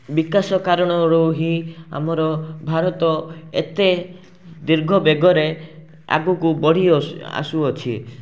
ବିକାଶ କାରଣରୁ ହିଁ ଆମର ଭାରତ ଏତେ ଦୀର୍ଘ ବେଗରେ ଆଗକୁ ବଢ଼ି ଆସୁ ଆସୁଅଛି